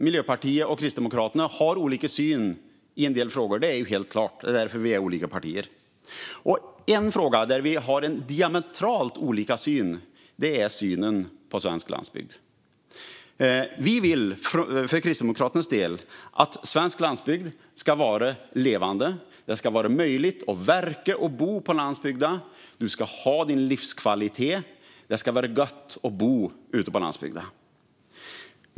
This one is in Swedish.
Miljöpartiet och Kristdemokraterna har olika syn i en del frågor. Det är helt klart. Det är därför vi är olika partier. En fråga där vi har diametralt olika syn gäller synen på svensk landsbygd. Vi vill för Kristdemokraternas del att svensk landsbygd ska vara levande. Det ska vara möjligt att verka och bo på landsbygden. Du ska ha din livskvalitet. Det ska vara gott att bo ute på landsbygden.